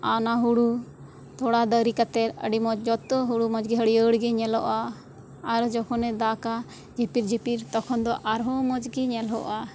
ᱚᱱᱟ ᱦᱩᱲᱩ ᱛᱷᱚᱲᱟ ᱫᱟᱨᱮ ᱠᱟᱛᱮᱫ ᱟᱹᱰᱤ ᱢᱚᱡᱽ ᱡᱚᱛᱚ ᱦᱩᱲᱩ ᱟᱹᱰᱤ ᱢᱚᱡᱽ ᱦᱟᱹᱨᱭᱟᱹᱲ ᱜᱮ ᱧᱮᱞᱚᱜᱼᱟ ᱟᱨ ᱡᱚᱠᱷᱚᱱᱮ ᱫᱟᱜᱟ ᱡᱷᱤᱯᱤᱨ ᱡᱷᱤᱯᱤᱨ ᱛᱚᱠᱷᱚᱱ ᱫᱚ ᱟᱨ ᱦᱚᱸ ᱢᱚᱡᱽ ᱜᱮ ᱧᱮᱞᱚᱜᱼᱟ